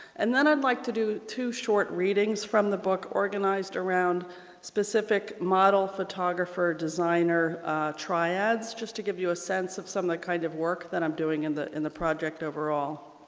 and then i'd like to do two short readings from the book organized around specific model, photographer, designer triads just to give you a sense of some of the kind of work that i'm doing in the in the project overall.